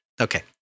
Okay